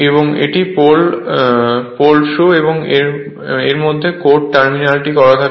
এবং একটি pole shoe এর মধ্যে কোর টার্মিনেটিং করা থাকে